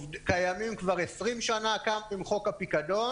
קיימים כבר 20 שנה, קמנו עם חוק הפיקדון.